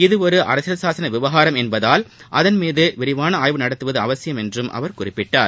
இது ஒரு அரசியல் சாசன விவகாரம் என்பதால் அதன் மீது விரிவான ஆய்வு நடத்துவது அவசியம் என்றும் அவர் குறிப்பிட்டார்